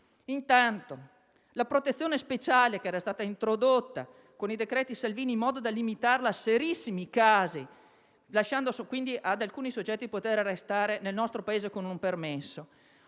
che la protezione speciale era stata introdotta con i cosiddetti decreti Salvini in modo da limitarla a serissimi casi, consentendo quindi ad alcuni soggetti di poter restare nel nostro Paese con un permesso.